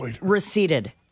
receded